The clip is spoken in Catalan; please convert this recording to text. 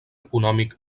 econòmic